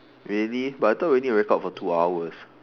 really but I thought we need to record for two hours